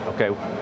Okay